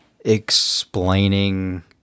explaining